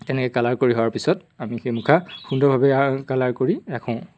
তেনেকে কালাৰ কৰি হোৱাৰ পিছত আমি সেই মুখা সুন্দৰভাৱে কালাৰ কৰি ৰাখোঁ